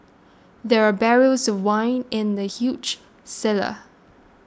there were barrels of wine in the huge cellar